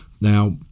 Now